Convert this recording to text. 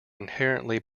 inherently